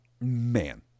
Man